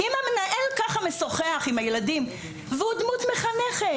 אם המנהל ככה משוחח עם הילדים, והוא דמות מחנכת